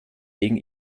wegen